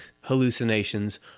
hallucinations